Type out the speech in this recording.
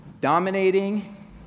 dominating